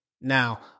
Now